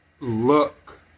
look